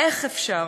איך אפשר?